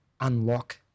unlock